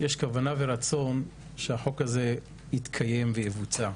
יש כוונה ורצון שהחוק הזה יתקיים ויבוצע,